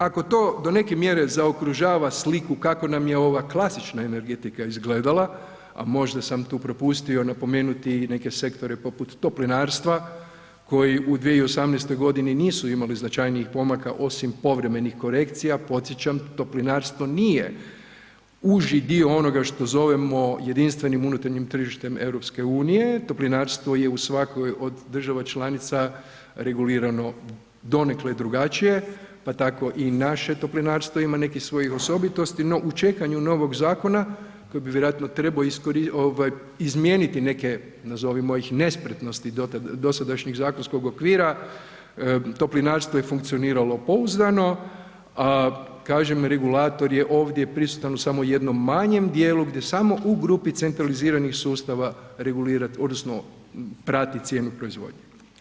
Ako to do neke mjere zaokružava sliku kako nam je ova klasična energetika izgledala, a možda sam tu propustio napomenuti i neke sektore poput Toplinarstva koji u 2018.g. nisu imali značajnih pomaka osim povremenih korekcija, podsjećam Toplinarstvo nije uži dio onoga što zovemo jedinstvenim unutarnjim tržištem EU, Toplinarstvo je u svakoj od država članica regulirano donekle drugačije, pa tako i naše Toplinarstvo ima nekih svojih osobitosti, no u čekanju novog zakona koji bi vjerojatno trebao izmijeniti neke, nazovimo ih, nespretnosti dosadašnjeg zakonskog okvira, Toplinarstvo je funkcioniralo pouzdano, a kažem regulator je ovdje prisutan u samo jednom manjem dijelu gdje samo u grupi centraliziranih sustava regulira odnosno prati cijenu proizvodnje.